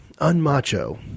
unmacho